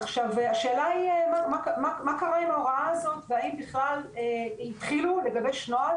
עכשיו השאלה היא מה קרה עם ההוראה הזו והאם בכלל התחילו לגבש נוהל?